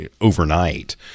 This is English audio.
overnight